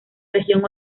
región